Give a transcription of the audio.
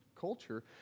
culture